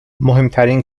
مهمترین